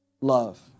Love